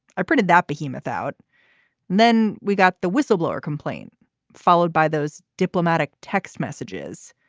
i predict that behemoth out then we got the whistleblower complaint followed by those diplomatic text messages.